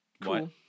Cool